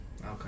Okay